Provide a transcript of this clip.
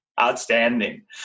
Outstanding